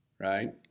right